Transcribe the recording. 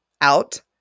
out